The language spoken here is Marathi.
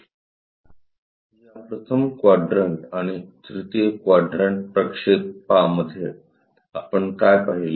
या प्रथम क्वाड्रन्ट आणि तृतीय क्वाड्रन्ट प्रक्षेपामध्ये आपण काय पाहिले